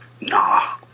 Nah